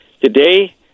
Today